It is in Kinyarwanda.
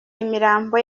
imirambo